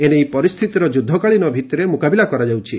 ଏ ନେଇ ପରିସ୍ଥିତିର ଯୁଦ୍ଧକାଳୀନ ଭିତିରେ ମ୍ରକାବିଲା କରାଯାଉଛି